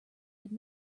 had